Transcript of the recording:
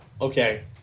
okay